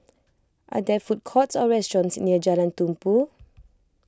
are there food courts or restaurants near Jalan Tumpu